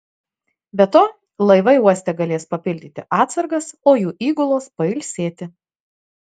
be to laivai uoste galės papildyti atsargas o jų įgulos pailsėti